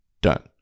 Done